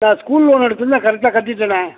ஆ school loan எடுத்திருந்தேன் கரெக்டாக கட்டிவிட்டேனே